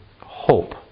hope